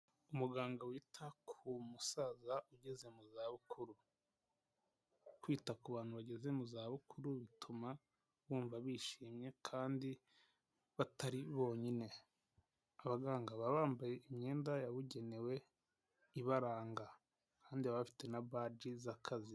Umuganga wita ku musaza ugeze mu zabukuru. Kwita ku bantu bageze mu zabukuru bituma bumva bishimye kandi batari bonyine. Abaganga baba bambaye imyenda yabugenewe ibaranga kandi baba bafite na baji z'akazi.